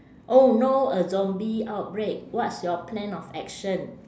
oh no a zombie outbreak what's your plan of action